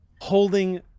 Holding